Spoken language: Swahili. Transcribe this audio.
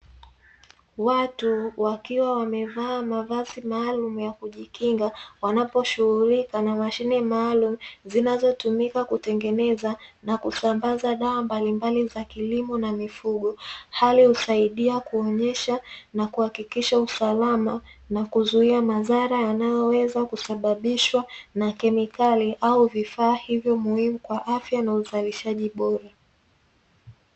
Watu wakiwa wamevaa mavazi maalum ya kujikinga wanaposhughulika na mashine maalum zinazotumika kutengeneza na kusambaza dawa mbalimbali za kilimo na mifugo. Hali huonyesha na kuhakikisha usalama na kuzuia.